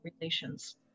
relations